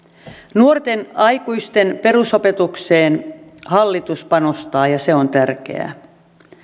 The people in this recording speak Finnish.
nuorten aikuisten perusopetukseen hallitus panostaa ja se on tärkeää